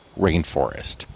Rainforest